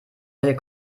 solche